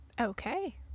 Okay